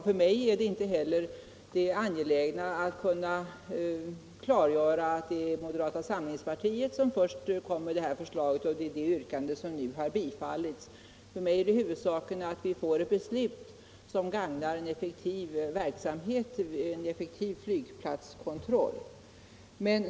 För mig är inte heller det angelägna att kunna klargöra att det var moderata samlingspartiet som först kom med det yrkande som nu har biträtts. För mig är huvudsaken att vi får ett beslut som främjar en effektiv flygplatskontroll.